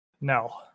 No